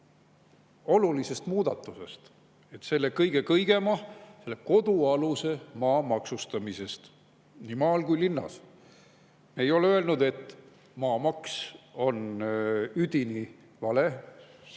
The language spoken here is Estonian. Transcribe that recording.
olulisest muudatusest, selle kõige kõigema, kodualuse maa maksustamisest nii maal kui ka linnas. Ei ole öelnud, et maamaks on üdini vale – seda mitte.